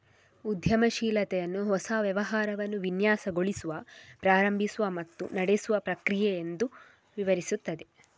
ಉದ್ಯಮಶೀಲತೆಯನ್ನು ಹೊಸ ವ್ಯವಹಾರವನ್ನು ವಿನ್ಯಾಸಗೊಳಿಸುವ, ಪ್ರಾರಂಭಿಸುವ ಮತ್ತು ನಡೆಸುವ ಪ್ರಕ್ರಿಯೆ ಎಂದು ವಿವರಿಸುತ್ತವೆ